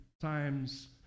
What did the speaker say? times